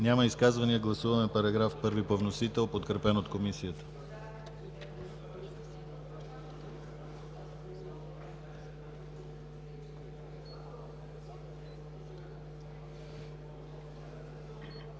Няма изказвания. Гласуваме § 1 по вносител, подкрепен от Комисията.